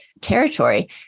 territory